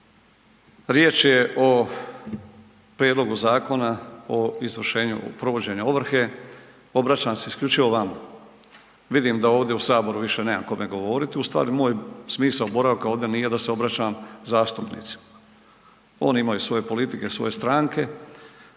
riječ je o prijedlogu zakona o izvršenju provođenja ovrhe, obraćam se isključivo vama. Vidim da ovdje u Saboru više nemam kome govoriti, ustvari moj smisao boravka ovdje nije da se obraćam zastupnicima. Oni imaju svoje politike svoje stranke,